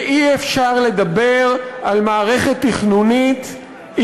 ואי-אפשר לדבר על מערכת תכנונית,